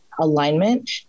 alignment